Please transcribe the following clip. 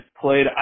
played